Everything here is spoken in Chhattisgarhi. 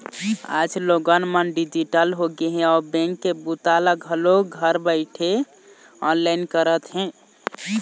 आज लोगन मन डिजिटल होगे हे अउ बेंक के बूता ल घलोक घर बइठे ऑनलाईन करत हे